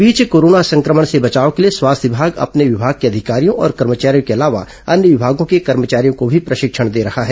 इस बीच कोरोना संक्रमण से बचाव के लिए स्वास्थ्य विभाग अपने विभाग के अधिकारियों और कर्मचारियों के अलावा अन्य विमागों के कर्मचारियों को भी प्रशिक्षण दे रहा है